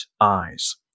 eyes